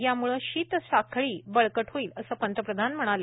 यामुळे शित साखळी बळकट होईल असे पंतप्रधान म्हणाले